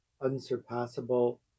unsurpassable